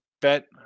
bet